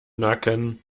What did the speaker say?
nacken